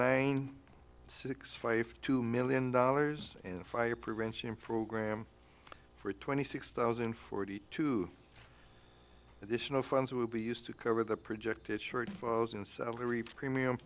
nine six five two million dollars in fire prevention program for twenty six thousand and forty two additional funds will be used to cover the projected short and salary premium